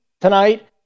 tonight